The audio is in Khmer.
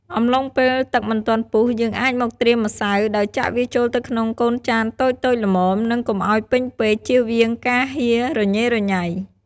អំឡុងពេលទឹកមិនទាន់ពុះ យើងអាចមកត្រៀមម្សៅ ដោយចាក់វាចូលទៅក្នុងកូនចានតូចៗល្មម និងកុំឱ្យពេញពេក ជៀសវាងការហៀររញ៉េរញ៉ៃ។